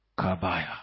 Kabaya